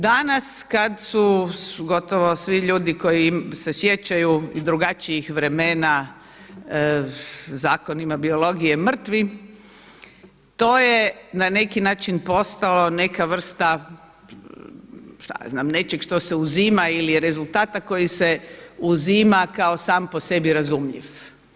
Danas kada su gotovo svi ljudi koji se sjećaju i drugačijih vremena zakonima biologije mrtvi to je na neki način postalo neka vrsta nečeg što se uzima ili rezultata koji se uzima kao sam po sebi razumljiv.